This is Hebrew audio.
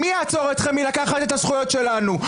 מי יעצור אתכם מלעצור ולקחת את הזכויות שלנו?